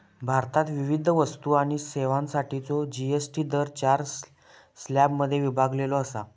भारतात विविध वस्तू आणि सेवांसाठीचो जी.एस.टी दर चार स्लॅबमध्ये विभागलेलो असा